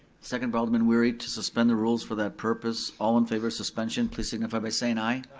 second by alderman wery to suspend the rules for that purpose. all in favor of suspension please signify by saying aye.